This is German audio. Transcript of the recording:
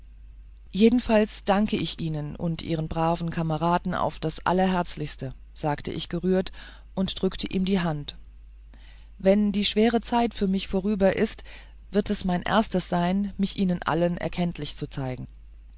jedenfalls danke ich ihnen und ihren braven kameraden auf das allerherzlichste sagte ich gerührt und drückte ihm die hand wenn die schwere zeit für mich vorüber ist wird es mein erstes sein mich ihnen allen erkenntlich zu zeigen